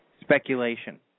speculation